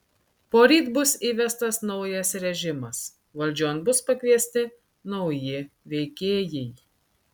poryt bus įvestas naujas režimas valdžion bus pakviesti nauji veikėjai